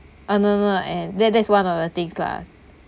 uh no no and that that's one of the things lah